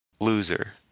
Loser